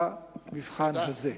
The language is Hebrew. למבחן הזה.